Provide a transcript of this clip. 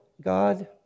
God